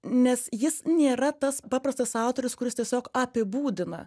nes jis nėra tas paprastas autorius kuris tiesiog apibūdina